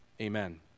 Amen